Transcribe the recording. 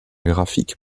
graphiques